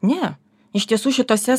ne iš tiesų šitose